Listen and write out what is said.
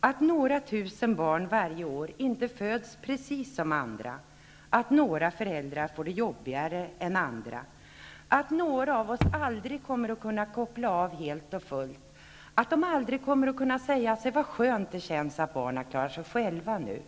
att några tusen barn inte föds precis som andra... att några föräldrar får det mycket jobbigare än andra... att några av oss aldrig kommer att kunna koppla av helt och fullt... att de aldrig kommer att kunna säga sig: vad skönt det känns att barna klarar sig själva nu...